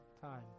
time